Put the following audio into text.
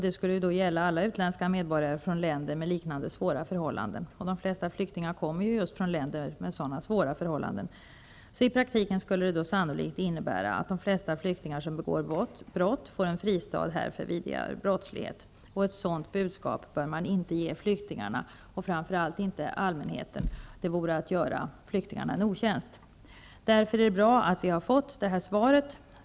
Det skulle då gälla alla utländska medborgare från länder med liknande svåra förhållanden. De flesta flyktingar kommer från länder med sådana svåra förhållanden. I praktiken skulle det därför sannolikt innebära att de flesta flyktingar som begår brott här får en fristad för vidare brottslighet. Ett sådant budskap bör man inte ge flyktingarna och framför allt inte allmänheten. Det vore att göra flyktingarna en otjänst. Det är därför bra att vi har fått det här svaret.